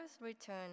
return